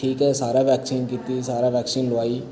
ठीक ऐ सारा वैक्सीन कीत्ति सारै वैक्सीन लोआई